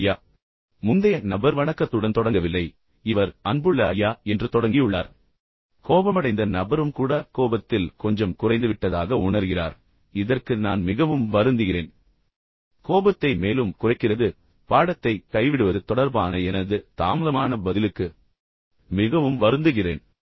அன்புள்ள ஐயா முந்தைய நபர் வணக்கத்துடன் தொடங்கவில்லை என்றாலும் இந்த மாணவர் அன்புள்ள ஐயா என்று தொடங்கியுள்ளார் எனவே கோபமடைந்த நபரும் கூட கோபத்தில் கொஞ்சம் குறைந்துவிட்டதாக உணர்கிறார் இதற்கு நான் மிகவும் வருந்துகிறேன் மீண்டும் கோபத்தை மேலும் குறைக்கிறது எரிச்சலை குறைக்கிறது பாடத்தை கைவிடுவது தொடர்பான எனது தாமதமான பதிலுக்கு மிகவும் வருந்துகிறேன்